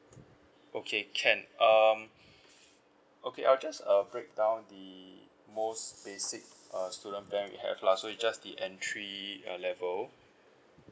okay can um okay I'll just uh break down the most basic uh student plan we have lah so is just the entry level